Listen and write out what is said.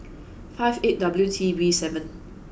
five eight W T B seven